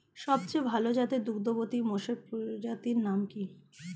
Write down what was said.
সবচেয়ে ভাল জাতের দুগ্ধবতী মোষের প্রজাতির নাম কি?